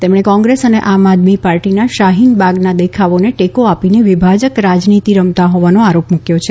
તેમણે કોંગ્રેસ અને આમ આદમી પાર્ટી શાહીન બાગના દેખાવોને ટેકો આપીને વિભાજક રાજનીતી રમતા હોવાનો આરોપ મૂક્યો છે